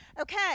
okay